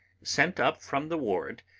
sent up from the ward,